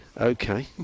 okay